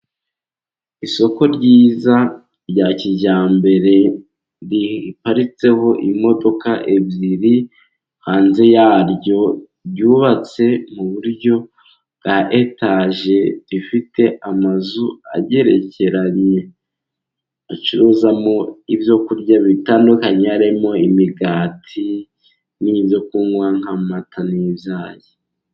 Isoko ryiza rya kijyambere riparitseho imodoka ebyiri, hanze yaryo ryubatse mu buryo bwa etaje. Rifite amazu agerekeranye acuruzamo ibyo kurya bitandukanye harimo imigati n'ibyo kunywa nk'amata n'ibyayi.